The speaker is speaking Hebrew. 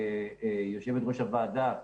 יושבת-ראש הוועדה,